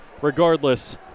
regardless